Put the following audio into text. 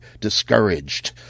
discouraged